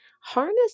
Harness